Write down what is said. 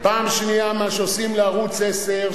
פעם שנייה מה שעושים לערוץ-10,